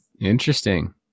Interesting